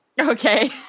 Okay